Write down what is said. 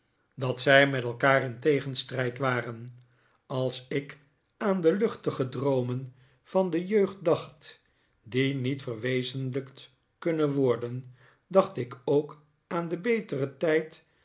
dat het beter elkaar in tegenstrijd waren als ik aan de luchtige droomen van de jeugd dacht die niet verwezenlijkt kunnen worden dacht ik ook aan den beteren tijd